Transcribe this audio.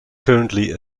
currently